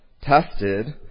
tested